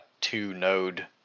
two-node